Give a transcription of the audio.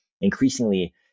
increasingly